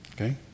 Okay